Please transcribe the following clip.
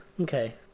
Okay